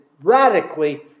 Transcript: radically